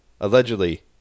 allegedly